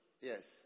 Yes